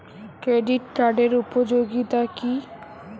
Credit কার্ডের উপযোগিতা কি?